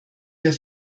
der